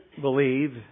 believe